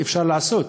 אפשר לעשות.